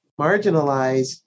marginalized